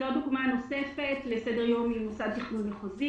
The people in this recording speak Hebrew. זאת דוגמה נוספת לסדר יום ממוסד תכנון מחוזי.